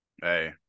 Hey